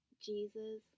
Jesus